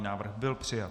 Návrh byl přijat.